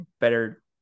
better